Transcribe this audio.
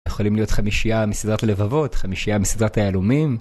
יכולים להיות חמישיה מסידרת הלבבות, חמישיה מסידרת היהלומים.